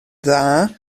dda